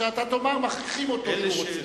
אתה תאמר: מכריחים אותו, והוא רוצה.